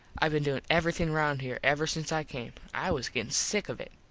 i been doin everything round here ever since i came. i was gettin sick of it.